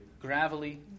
gravelly